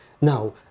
now